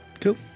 Cool